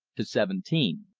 to seventeen.